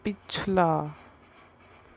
ਪਿਛਲਾ